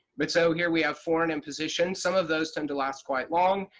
but so here we have foreign imposition. some of those tend to last quite long.